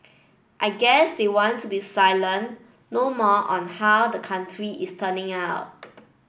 I guess they want to be silent no more on how the country is turning out